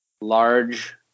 large